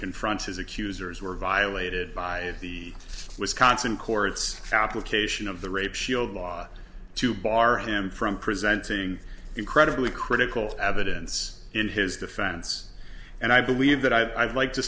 confront his accusers were violated by the wisconsin court's fabrication of the rape shield law to bar him from presenting incredibly critical evidence in his defense and i believe that i'd like to